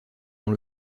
dans